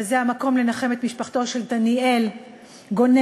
וזה המקום לנחם את משפחתו של דניאל גונן,